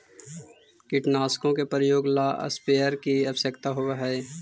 कीटनाशकों के प्रयोग ला स्प्रेयर की आवश्यकता होव हई